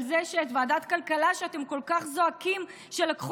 על זה שאת ועדת הכלכלה שאתם כל כך זועקים שלקחו